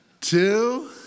two